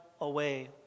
away